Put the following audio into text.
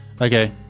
okay